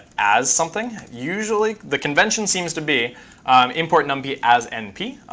as something usually. the convention seems to be import numpy as np.